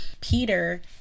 Peter